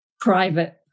private